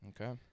Okay